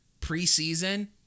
Preseason